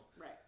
Right